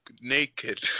naked